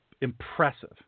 impressive